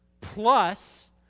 plus